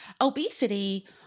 obesity